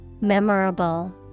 Memorable